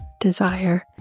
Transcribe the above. desire